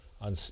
on